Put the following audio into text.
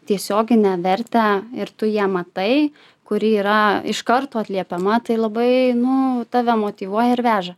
tiesioginę vertę ir tu ją matai kuri yra iš karto atliepiama tai labai nu tave motyvuoja ir veža